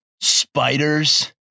spiders